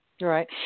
Right